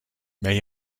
may